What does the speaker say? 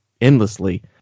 endlessly